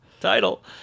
Title